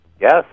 Yes